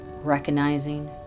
recognizing